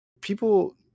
people